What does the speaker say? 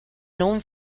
non